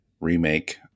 remake